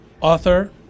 author